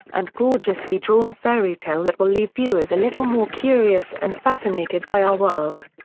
and gorgeously drawn fairy tale that will leave viewers a little more curious and fascinated by our world.